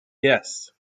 yes